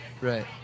Right